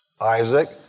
Isaac